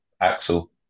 Axel